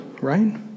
right